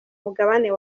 mugabane